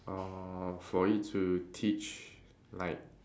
uh for it to teach like